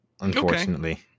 unfortunately